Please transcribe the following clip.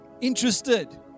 interested